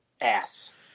ass